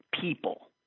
people